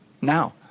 now